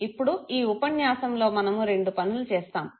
ఇప్పుడు ఈ ఉపన్యాసంలో మనము రెండు పనులు చేస్తాము